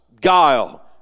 guile